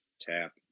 tap